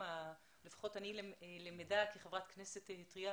כחברת כנסת טרייה